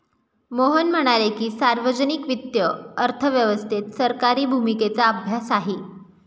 मोहन म्हणाले की, सार्वजनिक वित्त अर्थव्यवस्थेत सरकारी भूमिकेचा अभ्यास आहे